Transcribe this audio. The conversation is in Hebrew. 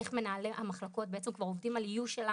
איך מנהלי המחלקות בעצם כבר עובדים על איוש שלהם.